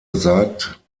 sagt